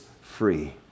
free